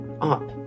Up